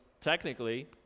technically